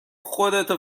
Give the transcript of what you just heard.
خودتو